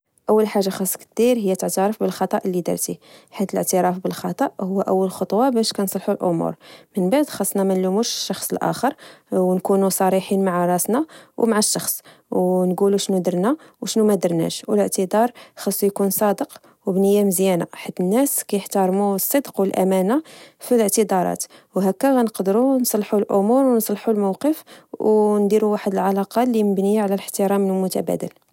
أول حاجة خاص كثير هي تعترف بالخطأ اللي درتي، حيث الإعتراف بالخطأ هو أول خطوة باش كنصلحو الأمور من بعد خاصنا منلوموش الشخص الآخر، و نكونو صريحين مع راسنا و مع الشخص، و نقولو شنو درنا، و شنو ما درناش، والاعتذار خصو يكون صادق، و بنية مزيانة حد الناس كيحتارمو الصدق، والأمانة في الاعتذارات، وهكا غنقدروا نصلحوا الأمور، و نصلحوا الموقف، و نديروا واحد العلاقة اللي مبنية على الاحترام المتبادل